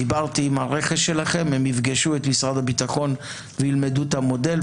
דיברתי עם הרכש שלכם הם יפגשו את משרד הביטחון וילמדו את המודל,